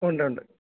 ഉണ്ടൊണ്ട്